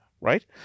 right